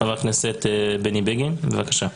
חבר הכנסת בני בגין, בבקשה.